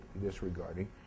disregarding